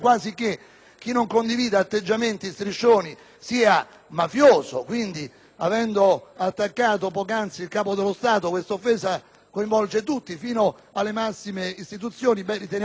chi non condivide questi atteggiamenti e striscioni sia mafioso. Avendo attaccato poc'anzi il Capo dello Stato, questa offesa coinvolge tutti, fino alle massime istituzioni, e riteniamo che questo